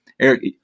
Eric